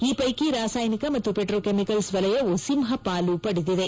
ಈ ಪ್ಟೆಕಿ ರಾಸಾಯನಿಕ ಮತ್ತು ಪೆಟ್ರೋಕೆಮಿಕಲ್ಲ್ ವಲಯವು ಸಿಂಹಪಾಲು ಪಡೆದಿದೆ